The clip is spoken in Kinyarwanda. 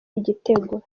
igitego